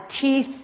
teeth